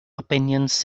opinions